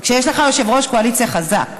וכשיש לך ראש קואליציה חזק,